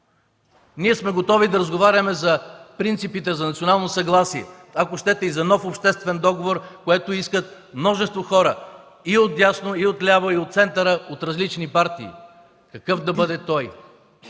Ние сме готови да разговаряме върху принципите за национално съгласие, ако щете, и за нов обществен договор, което искат множество хора – и отляво, и отдясно, от центъра, от различни партии. Какъв да бъде той?